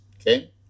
okay